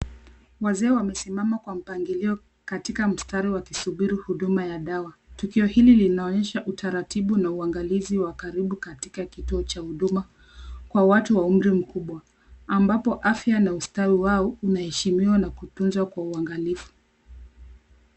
Wazee wamesimama kwa mpangilio katika mstari wakisuburi huduma ya dawa. Tukio hili linaonyesha utaratibu na uangalizi wa karibu katika kituo cha huduma kwa watu wa umri mkubwa; ambapo afya na ustawi wao unaheshimiwa na kutunzwa kwa uangalifu.